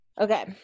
Okay